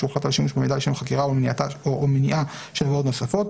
שהוחלט על השימוש במידע לשם חקירה או מניעה של עבירות נוספות.